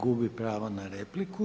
Gubi pravo na repliku.